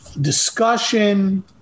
discussion